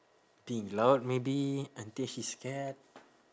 being loud maybe until she scared